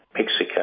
Mexico